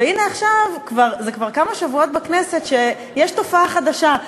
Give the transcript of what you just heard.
והנה עכשיו, זה כבר שבועות שיש בכנסת תופעה חדשה.